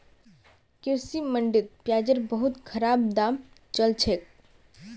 कृषि मंडीत प्याजेर बहुत खराब दाम चल छेक